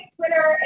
Twitter